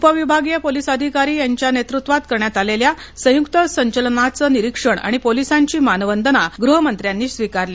उपविभागीय पोलीस अधिकारी यांच्या नेतृत्वात करण्यात आलेल्या संयुक्त संचलनाचं निरीक्षण आणि पोलिसांची मानवंदना गृहमंत्र्यांनी स्वीकारली